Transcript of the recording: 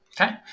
okay